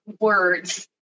words